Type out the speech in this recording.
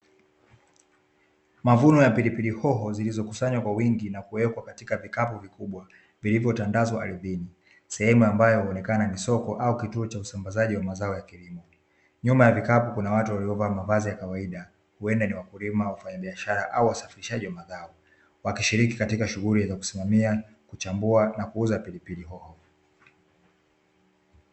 Mavuno ya pilipili hoho zilizokusanywa kwa wingi na kuwekwa katika vikapu vikubwa vilivyotangazwa ardhini sehemu ambayo huonekana ni soko au, cha usambazaji wa mazao ya kilimo nyuma ya vikapu kuna watu waliio vaa mavazi ya kawaida huenda ni wakulima au kufanya biashara au wasafirishaji wakishiriki katika shughuli za kusimamia chambua na kuuza vitu viwili